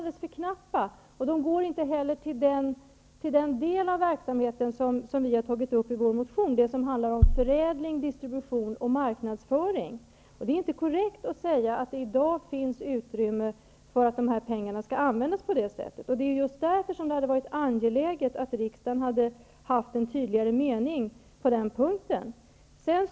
De går inte heller till den del av verksamheten som vi har tagit upp i vår motion, nämligen förädling, distribution och marknadsföring. Det är inte korrekt att säga att det i dag finns utrymme för att pengarna skall användas på det sättet. Det är därför som det hade varit angeläget att riksdagen hade haft en tydligare mening på den punkten.